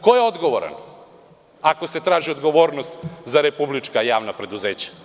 Ko je odgovoran ako se traži odgovornost za republička javna preduzeća?